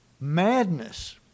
madness